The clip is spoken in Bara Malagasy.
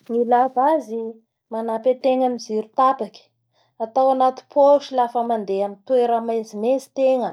Ny ilaiva azy manampy atenga amin'ny jiro tapaky, atao anaty posy lafa mandeha amin'ny toera mezimezy tegna hisolo-hisoova ny alategna.